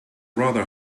rather